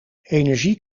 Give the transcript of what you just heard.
energie